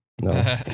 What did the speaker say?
no